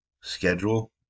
schedule